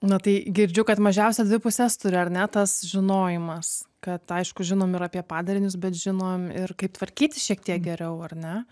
na tai girdžiu kad mažiausiai dvi puses turi ar ne tas žinojimas kad aišku žinom ir apie padarinius bet žinom ir kaip tvarkytis šiek tiek geriau ar ne